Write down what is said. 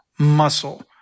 Muscle